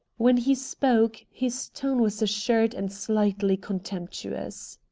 when he spoke his tone was assured and slightly contemptuous.